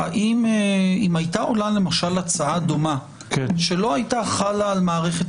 אם היתה עולה הצעה דומה שלא היתה חלה על מערכת